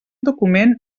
document